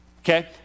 Okay